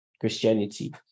Christianity